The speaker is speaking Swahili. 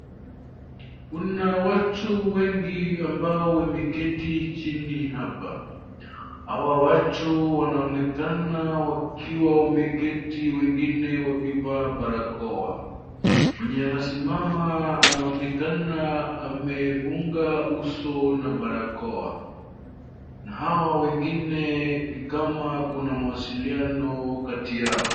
Kuna watu wengi ambao wameketi chini hapa. Hao watu wanaonekana wakiwa wameketi wengine wakivaa barakoa. Mwenye amesimama anaonekana amefunga uso na barakoa. Na hawa wengine ni kama kuna mawasiliano kati yao.